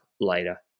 later